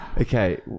Okay